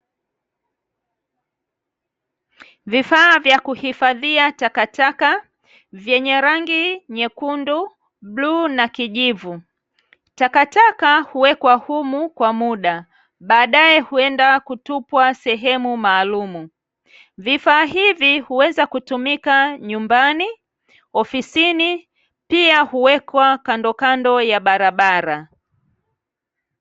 Vifaa vya kuhifadhia takataka vyenye rangi nyekundu, bluu na kijivu. Takataka huwekwa humu kwa muda, baadaye huenda kutupwa sehemu maalumu. Vifaa hivi huweza kutumika nyumbani, ofisini pia huwekwa kando kando ya barabara.